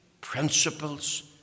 principles